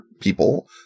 people